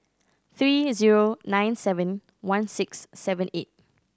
three zero nine seven one six seven eight